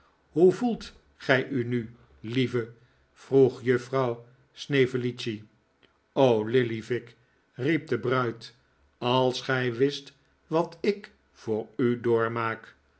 hoe voelt gij u nu lieve vroeg juffrouw snevellicci lillyvick riep de bruid als gij wist wat ik voor u doormaak